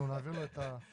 אנחנו נעביר לו את הדברים.